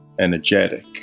energetic